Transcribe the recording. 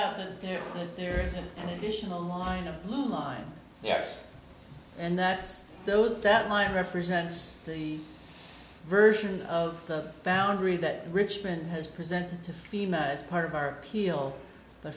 out that there there isn't any additional line of blue line yes and that's those that line represents the version of the boundary that richmond has presented to fema as part of our peel the